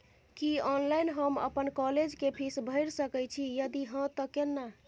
की online हम अपन college के फीस भैर सके छि यदि हाँ त केना?